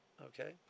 Okay